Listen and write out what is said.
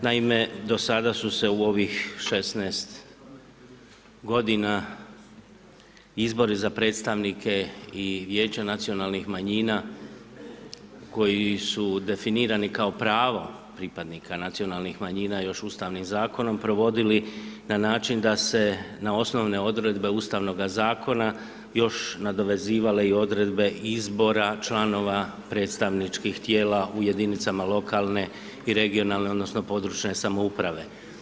Naime, do sada su se u ovih 16 godina izbori za predstavnike i Vijeća nacionalnih manjina koji su definirani kao pravo pripadnika nacionalnih manjina još Ustavnim zakonom provodili na način da se na osnovne odredbe Ustavnoga zakona još nadovezivale i odredbe izbora članova predstavničkih tijela u jedinicama lokalne i regionalne odnosno područne samouprave.